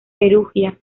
perugia